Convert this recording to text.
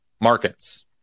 markets